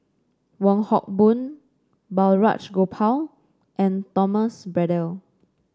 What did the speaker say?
Wong Hock Boon Balraj Gopal and Thomas Braddell